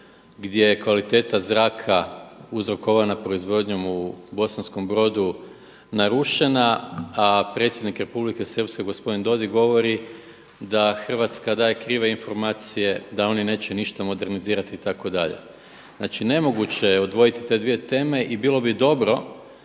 gdje je kvaliteta zraka uzrokovana proizvodnjom u Bosanskom Brodu narušena, a predsjednik Republike Srpske gospodin Dodig govori da Hrvatska daje krive informacije da oni neće ništa modernizirati itd. Znači nemoguće je odvojiti te dvije teme i bilo bi dobro